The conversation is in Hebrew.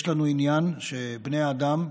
יש לנו עניין שבני האדם,